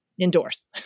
Endorse